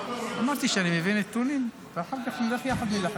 אמרתי שאני מביא נתונים, ואחר כך נלך יחד להילחם.